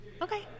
Okay